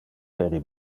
heri